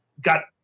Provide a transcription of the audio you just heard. got –